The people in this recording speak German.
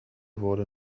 wurde